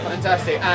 fantastic